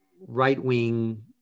right-wing